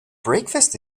breakfast